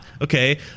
okay